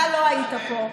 אתה לא היית פה,